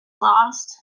lost